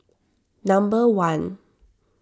number one